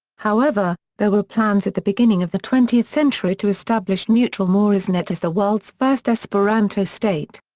however, there were plans at the beginning of the twentieth century to establish neutral moresnet as the world's first esperanto state.